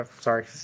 Sorry